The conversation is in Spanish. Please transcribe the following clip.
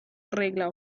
regla